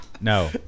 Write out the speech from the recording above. No